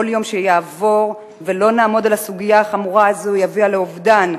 כל יום שיעבור ולא נעמוד על הסוגיה החמורה הזאת יביא לאובדן,